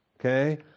Okay